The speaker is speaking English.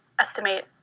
estimate